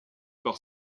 par